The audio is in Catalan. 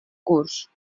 curs